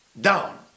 down